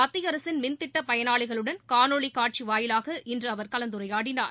மத்திய அரசின் மின்திட்ட பயனாளிகளுடன் காணொலி காட்சி வாயிலாக இன்று அவர் கலந்துரையாடினார்